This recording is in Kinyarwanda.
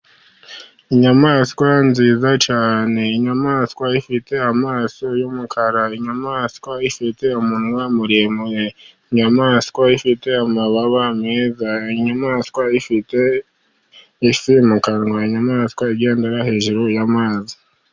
Inyamaswa nziza cyane, inyamaswa ifite amaso y'umukara, inyamaswa ifite umunwa muremure, inyamaswa ifite amababa meza, inyamaswa ifite ifi mu kanwa, inyamaswa igendera hejuru y'amazi.